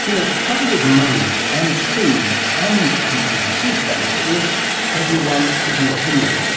you know the trouble with money and food and the abc for that matter is everyone has an opinion,